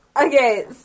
Okay